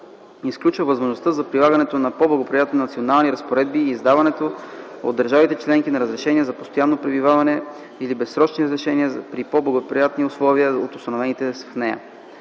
изключва възможността за прилагането на по-благоприятни национални разпоредби и издаването от държавите членки на разрешения за постоянно пребиваване или безсрочни разрешения при по-благоприятни условия от установените с нея.